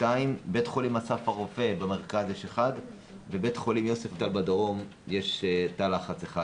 שני בבית חולים אסף הרופא במרכז ובבית החולים יוספטל בדרום יש תא לחץ.